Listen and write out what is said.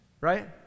right